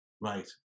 Right